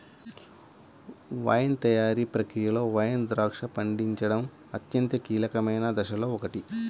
wine తయారీ ప్రక్రియలో wine ద్రాక్ష పండించడం అత్యంత కీలకమైన దశలలో ఒకటి